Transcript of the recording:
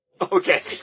Okay